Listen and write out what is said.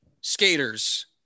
skaters